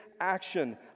action